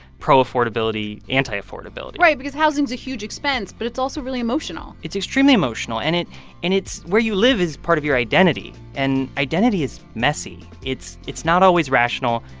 pro-affordability, anti-affordability right, because housing's a huge expense, but it's also really emotional it's extremely emotional. and and it's where you live is part of your identity. and identity is messy. it's it's not always rational.